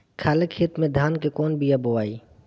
खाले खेत में धान के कौन बीया बोआई?